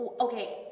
okay